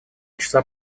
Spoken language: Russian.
часа